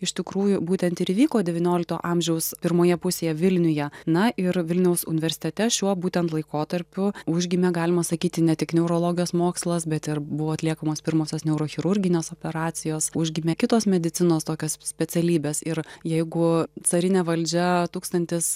iš tikrųjų būtent ir įvyko devyniolikto amžiaus pirmoje pusėje vilniuje na ir vilniaus universitete šiuo būtent laikotarpiu užgimė galima sakyti ne tik neurologijos mokslas bet ir buvo atliekamos pirmosios neurochirurginės operacijos užgimė kitos medicinos tokios specialybės ir jeigu carinė valdžią tūkstantis